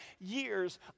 years